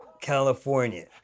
California